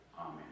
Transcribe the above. amen